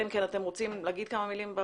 במיוחד את אלה שגרים שם